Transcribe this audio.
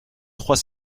trois